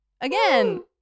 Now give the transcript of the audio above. Again